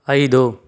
ಐದು